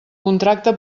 contracte